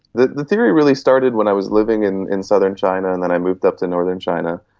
the the theory really started when i was living in in southern china and then i moved up to northern china.